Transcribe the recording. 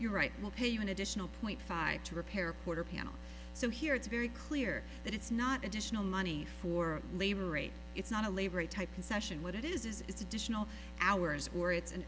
you're right we'll pay you an additional point five to repair quarter panel so here it's very clear that it's not additional money for labor rate it's not a labor a type concession what it is is it's additional hours where it's an